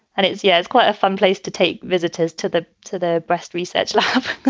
and it's yeah, it's quite a fun place to take visitors to the to the breast research lab.